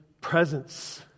presence